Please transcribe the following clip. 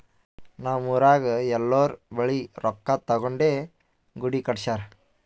ನಮ್ ಊರಾಗ್ ಎಲ್ಲೋರ್ ಬಲ್ಲಿ ರೊಕ್ಕಾ ತಗೊಂಡೇ ಗುಡಿ ಕಟ್ಸ್ಯಾರ್